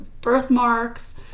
birthmarks